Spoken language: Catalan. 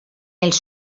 els